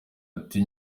ati